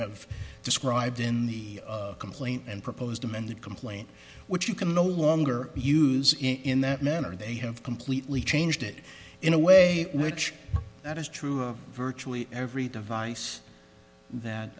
have described in the complaint and proposed amended complaint which you can no longer use in that manner they have completely changed it in a way which that is true of virtually every device